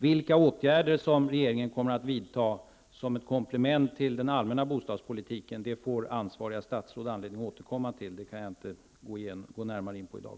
Vilka åtgärder som regeringen kommer att vidta som ett komplement till den allmänna bostadspolitiken får ansvariga statsråd anledning att återkomma till. Det kan jag inte gå närmare in på i dag.